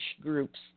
groups